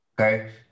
okay